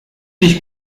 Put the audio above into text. dich